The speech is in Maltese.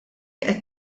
qed